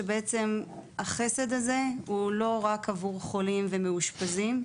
שבעצם החסד הזה הוא לא רק עבור חולים ומאושפזים,